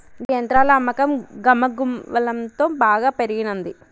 గీ యంత్రాల అమ్మకం గమగువలంతో బాగా పెరిగినంది